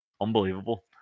unbelievable